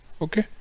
okay